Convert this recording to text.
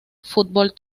fútbol